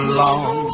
long